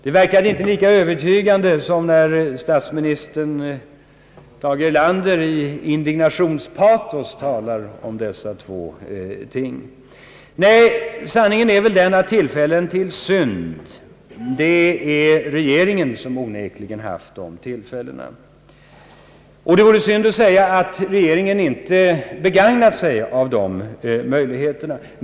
Det verkade inte lika övertygande som när statsminister Tage Erlander i indignationspatos talar om dessa två begrepp! Nej, sanningen är väl den, att det onekligen är regeringen som haft de flesta tillfällena till synd och det vore synd att säga att regeringen inte begagnat sig av dessa möjligheter.